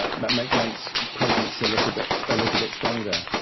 ah make blunt's presence a little bit, a little bit stronger.